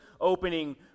opening